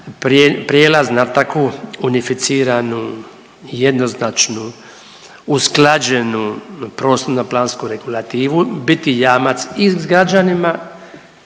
prijelaz na takvu unificiranu, jednoznačnu, usklađenu prostorno plansku regulativu biti jamac i građanima